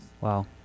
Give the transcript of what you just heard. Wow